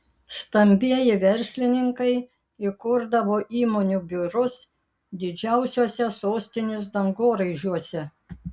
stambieji verslininkai įkurdavo įmonių biurus didžiausiuose sostinės dangoraižiuose